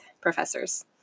professors